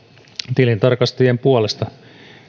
tilintarkastajien puolesta